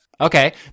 Okay